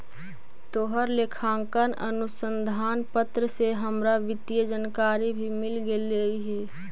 तोहर लेखांकन अनुसंधान पत्र से हमरा वित्तीय जानकारी भी मिल गेलई हे